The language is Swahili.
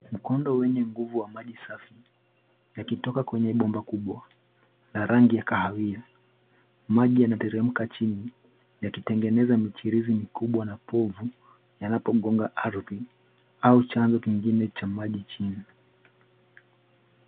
Mkondo wenye nguvu wa maji safi yakitoka kwenye bomba kubwa la rangi ya kahawia. Maji yanateremka chini yakitengeneza michirizi mikubwa na povu yanapogonga ardhi au chanzo kingine cha maji chini.